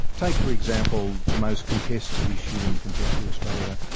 take, for example, the most contested issue in contemporary australia,